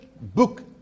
book